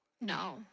No